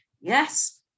yes